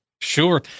Sure